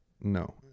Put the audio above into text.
No